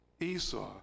Esau